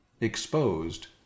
exposed